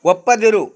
ಒಪ್ಪದಿರು